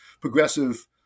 progressive